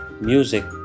music